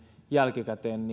jälkikäteen